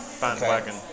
bandwagon